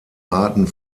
arten